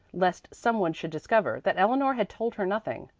lest some one should discover that eleanor had told her nothing,